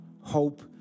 hope